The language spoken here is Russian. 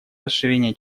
расширения